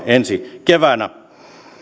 ensi keväänä